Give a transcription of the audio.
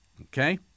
okay